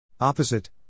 Opposite